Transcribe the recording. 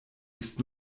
ist